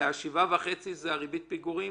וה-7.5% זה ריבית פיגורים?